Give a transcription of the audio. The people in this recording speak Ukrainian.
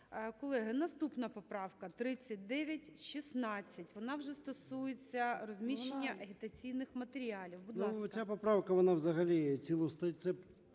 Колеги, наступна поправка - 3916. Вона вже стосується розміщення агітаційних матеріалів.